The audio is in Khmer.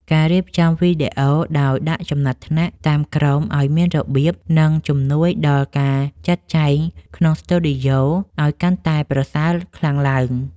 ការរៀបចំវីដេអូដោយដាក់ចំណាត់ថ្នាក់តាមក្រុមឱ្យមានរបៀប និង ជំនួយដល់ការចាត់ចែងក្នុងស្ទូឌីយ៉ូឱ្យកាន់តែប្រសើរខ្លាំងឡើង។